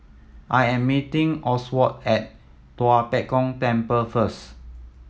I am meeting Oswald at Tua Pek Kong Temple first